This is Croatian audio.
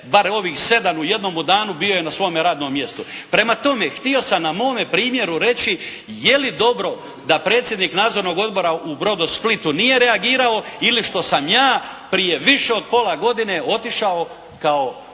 bar ovih 7 u jednome danu bio je na svome radnom mjestu. Prema tome, htio sam na mome primjeru reći je li dobro da predsjednik nadzornog odbora u Brodosplitu nije reagirao, ili što sam ja prije više od pola godine otišao kao